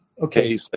okay